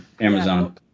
Amazon